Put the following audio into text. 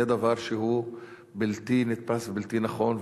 זה דבר שהוא בלתי נתפס ובלתי נכון,